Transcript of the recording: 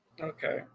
Okay